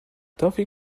toffee